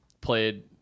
played